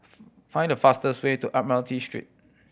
find the fastest way to Admiralty Street